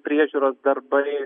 priežiūros darbai